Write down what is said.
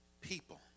People